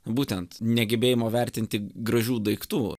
būtent negebėjimo vertinti gražių daiktų